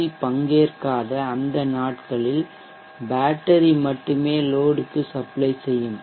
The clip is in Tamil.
வி பங்கேற்காத அந்த நாட்களில் பேட்டரி மட்டுமே லோட்க்கு சப்ளை செய்யும்